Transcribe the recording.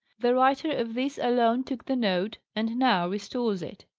the writer of this alone took the note, and now restores it.